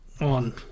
on